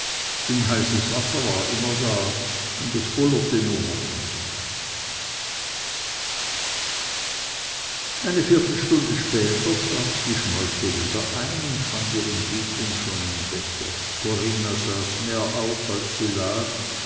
denn heißes wasser war immer da und es bullerte nur noch nicht eine viertelstunde später trat die schmolke wieder ein und fand ihren liebling schon im bette corinna saß mehr auf als sie lag